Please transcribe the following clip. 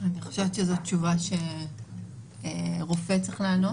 אני חושבת שזו תשובה שרופא צריך לענות,